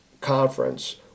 conference